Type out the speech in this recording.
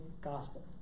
gospel